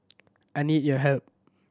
I need your help